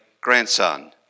grandson